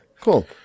cool